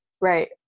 right